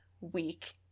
week